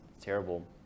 terrible